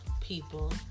people